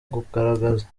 kugaragaza